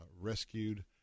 rescued